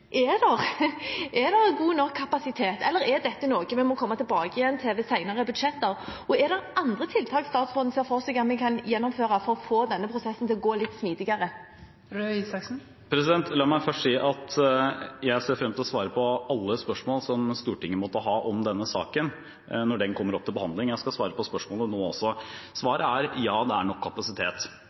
dette noe vi må komme tilbake igjen til ved senere budsjetter? Og er det andre tiltak statsråden ser for seg at vi kan gjennomføre for å få denne prosessen til å gå litt smidigere? La meg først si at jeg ser frem til å svare på alle spørsmål som Stortinget måtte ha om denne saken når den kommer opp til behandling. Jeg skal svare på spørsmålene nå også. Svaret er ja, det er nok kapasitet.